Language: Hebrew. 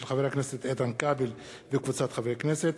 של חבר הכנסת איתן כבל וקבוצת חברי הכנסת,